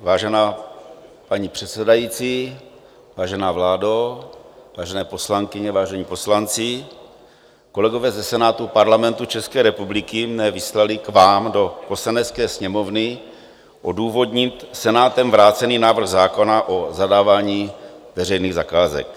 Vážená paní předsedající, vážená vládo, vážené poslankyně, vážení poslanci, kolegové ze Senátu Parlamentu České republiky mne vyslali k vám do Poslanecké sněmovny odůvodnit Senátem vrácený návrh zákona o zadávání veřejných zakázek.